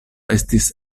estis